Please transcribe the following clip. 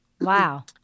Wow